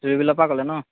জুইবিলৰ পৰা ক'লে ন